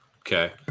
Okay